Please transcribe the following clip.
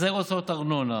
החזר הוצאות ארנונה